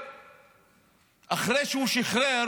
ואחרי שהוא שחרר